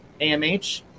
AMH